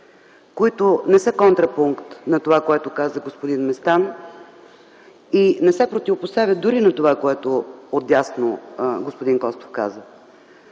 които не са контрапункт на това, което каза господин Местан, и не се противопоставят дори на това, което каза отдясно господин Костов.